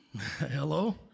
Hello